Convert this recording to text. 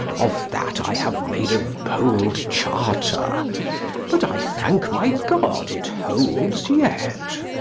of that i have made a bold charter but, i thank my god, it holds yet.